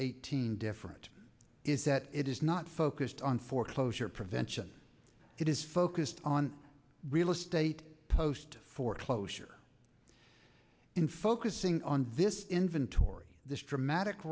eighteen different is that it is not focused on foreclosure prevention it is focused on real estate post foreclosure and focusing on this inventory this dramatic